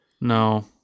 No